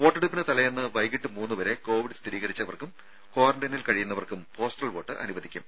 വോട്ടെടുപ്പിന് തലേന്ന് വൈകിട്ട് മൂന്നുവരെ കോവിഡ് സ്ഥിരീകരിച്ചവർക്കും കാറന്റൈനിൽ കഴിയുന്നവർക്കും പോസ്റ്റൽ വോട്ട് അനുവദിക്കും